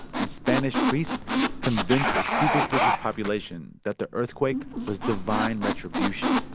and spanish priests convince a superstitious population that the earthquake was divine retribution.